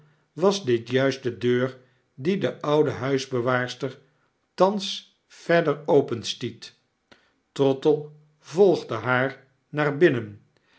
was dit juist de deur die de oude huisbewaarster thans verder openstiet trottle volgde haar naar binnen